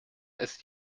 ist